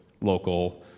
local